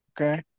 Okay